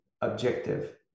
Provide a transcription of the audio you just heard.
objective